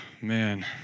man